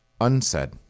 unsaid